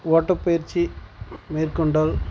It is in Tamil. ஓட்டப்பயிற்சி மேற்கொண்டால்